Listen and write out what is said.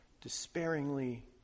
despairingly